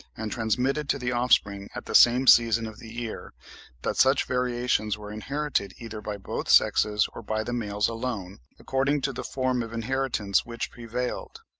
and transmitted to the offspring at the same season of the year that such variations were inherited either by both sexes or by the males alone, according to the form of inheritance which prevailed.